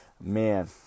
Man